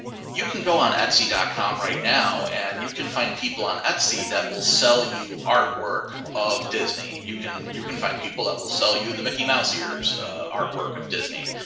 you can go on etsy dot com right now, and you can find people on etsy that will sell you artwork of disney. you can you can find people that will sell you the mickey mouse ears artwork of disney.